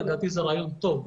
לדעתי זה רעיון טוב,